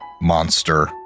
monster